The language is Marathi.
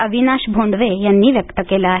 अविनाश भोंडवे यांनी व्यक्त केलं आहे